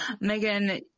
Megan